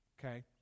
Okay